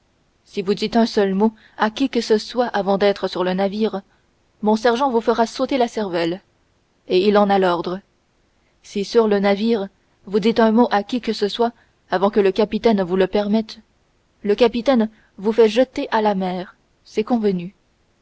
si vous dites un seul mot à qui que ce soit avant d'être sur le navire mon sergent vous fera sauter la cervelle et il en a l'ordre si sur le navire vous dites un mot à qui que ce soit avant que le capitaine vous le permette le capitaine vous fait jeter à la mer c'est convenu